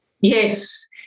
Yes